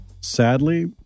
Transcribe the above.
Sadly